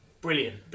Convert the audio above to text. brilliant